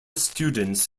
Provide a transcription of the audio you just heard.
students